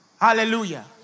Hallelujah